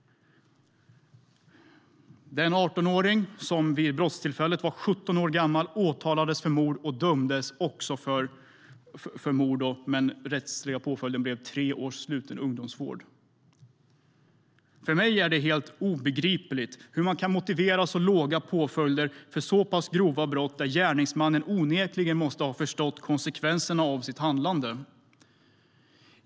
Den 18-åring som vid brottstillfället var 17 år gammal åtalades och dömdes för mord. Den rättsliga påföljden blev tre års sluten ungdomsvård. För mig är det helt obegripligt hur man kan motivera så låga påföljder för så pass grova brott där gärningsmannen onekligen måste ha förstått konsekvenserna av sitt handlande.